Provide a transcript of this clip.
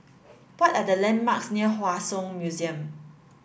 what are the landmarks near Hua Song Museum